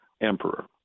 emperor